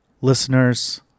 listeners